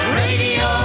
radio